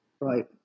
right